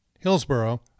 Hillsboro